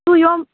तूं यॉम